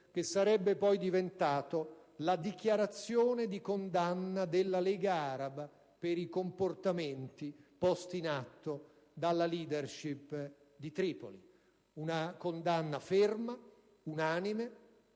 che sarebbe poi diventato la dichiarazione di condanna della Lega araba per i comportamenti posti in atto dalla *leadership* di Tripoli: una condanna ferma, unanime